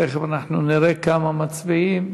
תכף אנחנו נראה כמה מצביעים,